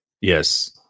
yes